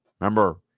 Remember